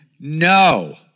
No